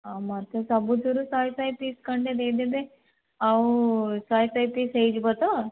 ମୋତେ ସବୁଥିରୁ ଶହେ ଶହେ ପିସ୍ ଖଣ୍ଡେ ଦେଇଦେବେ ଆଉ ଶହେ ଶହେ ପିସ୍ ହେଇଯିବ ତ